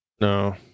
No